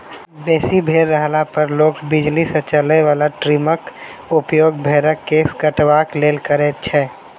बेसी भेंड़ रहला पर लोक बिजली सॅ चलय बला ट्रीमरक उपयोग भेंड़क केश कटबाक लेल करैत छै